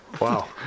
Wow